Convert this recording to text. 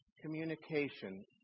communication